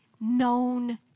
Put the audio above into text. known